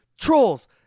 Trolls